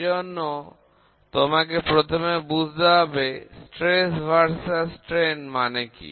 এজন্য তোমাকে প্রথমে বুঝতে হবে চাপ বনাম বিকৃতি মানে কি